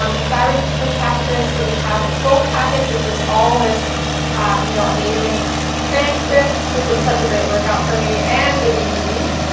um the thyroid secret packages, so we have the gold package which is all this you know amazing transcripts, this is such a great workout for me, and the dvds.